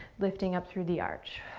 lifting up through the arch.